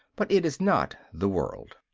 but it is not the world.